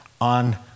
on